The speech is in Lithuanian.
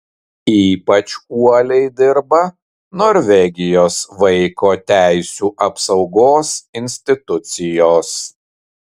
ypač uoliai dirba norvegijos vaiko teisių apsaugos institucijos